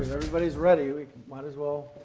everybody's ready, we might as well